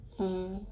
mm